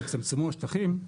כי יצטמצמו השטחים,